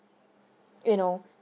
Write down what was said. you know